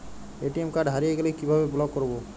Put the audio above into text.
ATM card হারিয়ে গেলে কিভাবে ব্লক করবো?